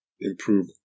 improve